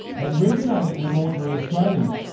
and resonated with ordinary australians.